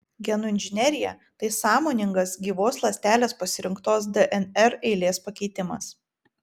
genų inžinerija tai sąmoningas gyvos ląstelės pasirinktos dnr eilės pakeitimas